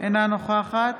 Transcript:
אינה נוכחת